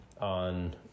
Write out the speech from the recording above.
on